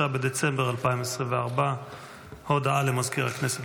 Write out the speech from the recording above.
23 בדצמבר 2024. הודעה למזכיר הכנסת,